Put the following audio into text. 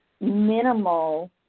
minimal